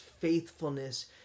faithfulness